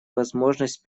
возможность